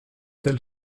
elle